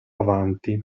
avanti